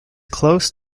close